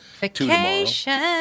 vacation